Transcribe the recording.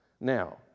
Now